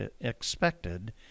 expected